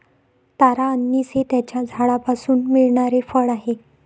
तारा अंनिस हे त्याच्या झाडापासून मिळणारे फळ आहे